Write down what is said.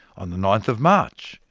on the ninth of march,